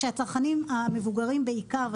שהצרכנים המבוגרים בעיקר,